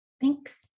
Thanks